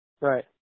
Right